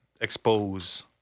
expose